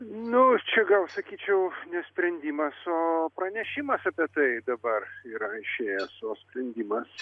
nu čia gal sakyčiau ne sprendimas o pranešimas apie tai dabar yra išėjęs o sprendimas